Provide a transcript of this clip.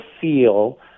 feel